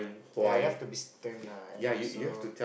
ya we have to be stern ah and also